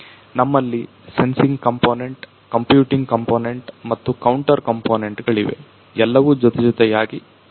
ನಮ್ಮಲ್ಲಿ sensing component computing component ಮತ್ತು counter component ಇವೆ ಎಲ್ಲವೂ ಜೊತೆಜೊತೆಯಾಗಿ ಕೆಲಸ ಮಾಡುತ್ತಿವೆ